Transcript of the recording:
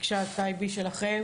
טייבי שלכם